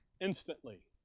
Instantly